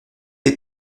les